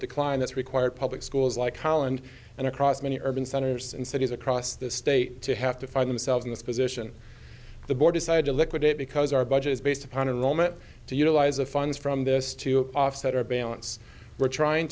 decline that's required public schools like holland and across many urban centers and cities across the state to have to find themselves in this position the board decided to liquidate because our budget is based upon a limit to utilize of funds from this to offset or balance we're trying